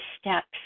steps